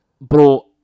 bro